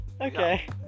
Okay